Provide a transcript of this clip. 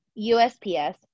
USPS